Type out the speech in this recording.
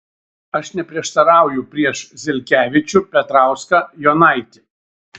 aš neprieštarauju prieš zelkevičių petrauską jonaitį